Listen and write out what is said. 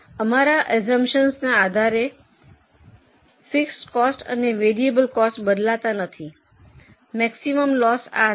અમારી અસ્સુમ્પ્શન્સને આધારે છે કે ફિક્સડ કોસ્ટ અને વેરીએબલ કોસ્ટ બદલાતા નથી મેક્સિમમ લોસ આ છે